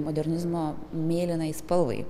modernizmo mėlynai spalvai